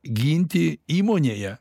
ginti įmonėje